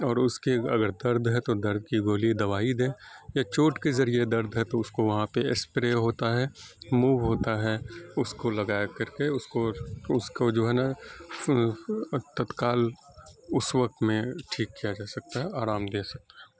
اور اس کے اگر درد ہے تو درد کی گولی دوائی دے یا چوٹ کے ذریعے درد ہے تو وہاں پہ اس کو اسپرے ہوتا ہے موو ہوتا ہے اس کو لگا کر کے اس کو اس کو جو ہے نا تتکال اس وقت میں ٹھیک کیا جا سکتا ہے آرام دیا جا سکتا ہے